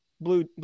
blue